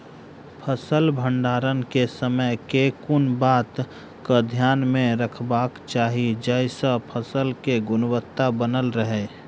फसल भण्डारण केँ समय केँ कुन बात कऽ ध्यान मे रखबाक चाहि जयसँ फसल केँ गुणवता बनल रहै?